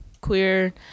queer